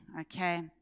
Okay